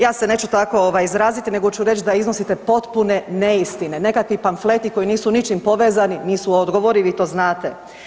Ja se neću tako izraziti nego ću reći da iznosite potpune neistine, nekakvi pamfleti koji nisu ničim povezani nisu odgovori, vi to znate.